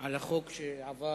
על החוק שעבר,